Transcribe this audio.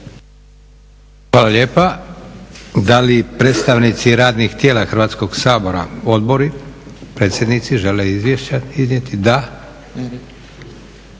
Hvala lijepa. Da li predstavnici radnih tijela, Odbori, predsjednici žele izvješća iznijeti? Da.